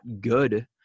good